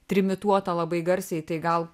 trimituota labai garsiai tai gal